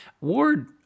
Ward